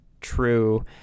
true